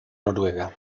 noruega